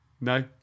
No